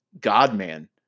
God-man